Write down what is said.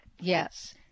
yes